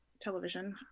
television